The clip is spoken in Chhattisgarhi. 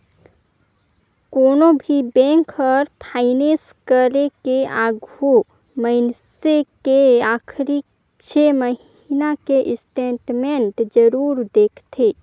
कोनो भी बेंक हर फाइनेस करे के आघू मइनसे के आखरी छे महिना के स्टेटमेंट जरूर देखथें